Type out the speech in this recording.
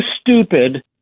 stupid